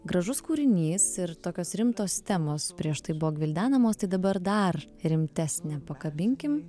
gražus kūrinys ir tokios rimtos temos prieš tai buvo gvildenamos tai dabar dar rimtesnę pakabinkim